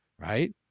right